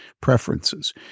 preferences